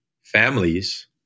families